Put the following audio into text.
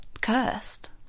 cursed